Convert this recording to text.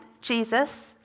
Jesus